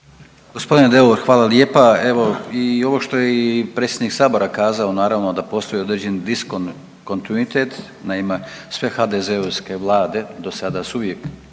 Gospodine Deur hvala lijepa, evo i ovo što je i predsjednik sabora kazao naravno da postoji određeni diskontinuitet, naime sve HDZ-ovske vlade su dosada uvijek,